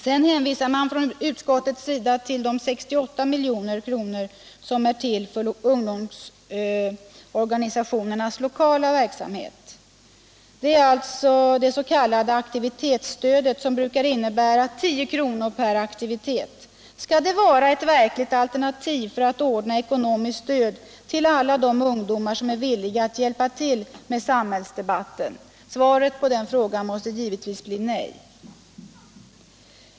Sedan hänvisar utskottet till de 68 milj.kr. som är till för ungdomsorganisationernas lokala verksamhet. Det är alltså det s.k. aktivitetsstödet, som brukar innebära 10 kr. per aktivitet. Skall det vara ett verkligt alternativ för att ordna ekonomiskt stöd till alla de ungdomar som är villiga att hjälpa till med samhällsdebatten? Svaret på den frågan måste givetvis bli nej.